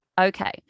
okay